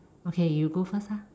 okay you go first lah